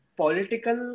political